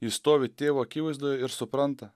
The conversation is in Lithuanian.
jis stovi tėvo akivaizdoje ir supranta